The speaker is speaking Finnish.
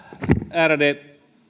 ärade